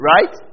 Right